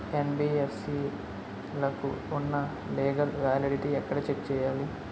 NBFC లకు ఉన్నా legal validity ఎక్కడ చెక్ చేయాలి?